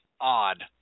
odd